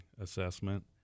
assessment